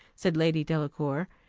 said lady delacour,